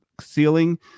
ceiling